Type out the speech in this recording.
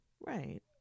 right